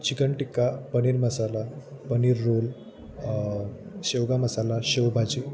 chicken tikka paneer masala paneer roll शेवगा मसाला शेवभाजी